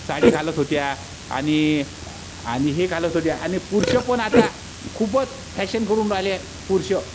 साडी घालत होत्या आणि आणि हे घालत होत्या आणि पुरुष पण आता खूपच फॅशन करून राहिले पुरुष